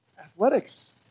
Athletics